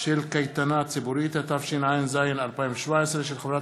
של קייטנה ציבורית), התשע"ז 2017, של קבוצת